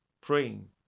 praying